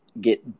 get